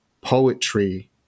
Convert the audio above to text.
poetry